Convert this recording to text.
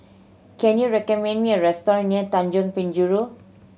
can you recommend me a restaurant near Tanjong Penjuru